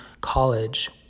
college